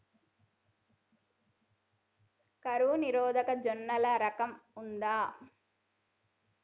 కరువు నిరోధక జొన్నల రకం ఉందా?